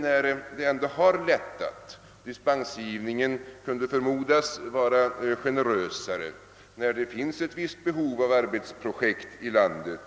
Med hänsyn till att dispensgivningen nu kunde förmodas bli generösare och då därtill ett visst behov av byggnadsprojekt föreligger i landet